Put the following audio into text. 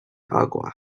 agua